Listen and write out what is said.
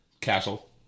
Castle